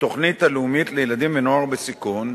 התוכנית הלאומית לילדים ונוער בסיכון,